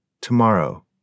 Tomorrow